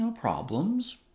problems